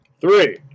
Three